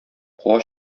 куа